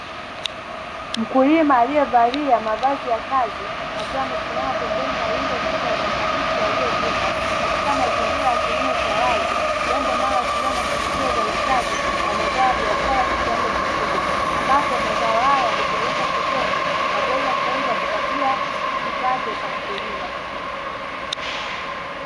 Mkulima haliyevaliia mavazi ya kazi, akiwa amesimama pembeni ya rundo kubwa la makabichi aliyovuna, katika mazingira ya kilimo cha wazi, jambo linaloashiria mafanikio ya uzalishaji wa mazao ya biashara kwa kiwango kikubwa, ambapo mazao haya hupelekwa sokoni na kuweza kuuzwa, kumpatia kipato kwa mkulima.